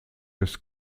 des